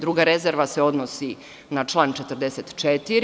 Druga rezerva se odnosi na član 44.